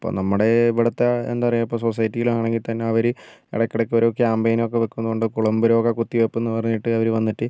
അപ്പോൾ നമ്മുടെ ഇവിടുത്തെ എന്താണ് പറയുക ഇപ്പോൾ സൊസൈറ്റിയിൽ ആണെങ്കിൽ തന്നെ അവർ ഇടയ്ക്കിടയ്ക്ക് ഒരോ ക്യാമ്പെയിൻ ഒക്കെ വയ്ക്കുന്നുണ്ട് കുളമ്പുരോഗ കുത്തി വയ്പ്പ് എന്ന് പറഞ്ഞ് അവർ വന്നിട്ട്